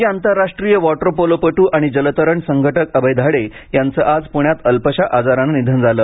माजी आंतरराष्ट्रीय वॉटरपोलोपटू आणि जलतरण संघटक अभय दाढे यांचं आज प्ण्यात अल्पशा आजारानं निधन झालं